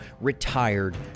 retired